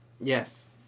Yes